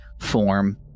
form